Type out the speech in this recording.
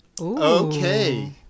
Okay